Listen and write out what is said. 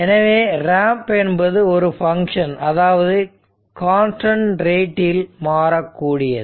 எனவே ரேம்ப் என்பது ஒரு பங்க்ஷன் அதாவது கான்ஸ்டன்ட் ரேட்டில் மாறக்கூடியது